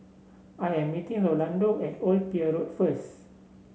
I am meeting Rolando at Old Pier Road first